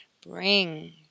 bring